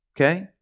Okay